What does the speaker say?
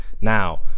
Now